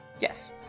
Yes